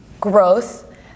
growth